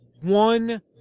one